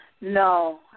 No